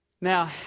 Now